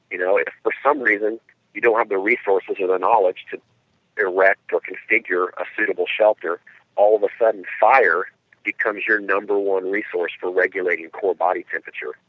you know if for some reason you don't have the resources or the knowledge to erect or configure a suitable shelter all of a sudden fire becomes your number one resource for regulating core body temperature.